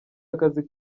akazi